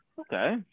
okay